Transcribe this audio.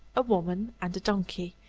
a woman, and a donkey,